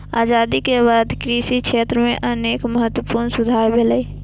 आजादी के बाद कृषि क्षेत्र मे अनेक महत्वपूर्ण सुधार भेलैए